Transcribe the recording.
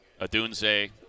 Adunze